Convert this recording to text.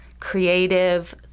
creative